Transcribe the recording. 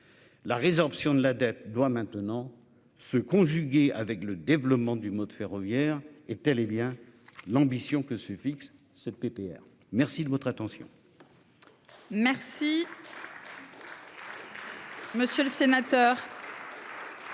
La résorption de la dette doit maintenant se conjuguer avec le développement du mode ferroviaire et telle est bien l'ambition que se fixe cette PPR. Merci de votre attention.--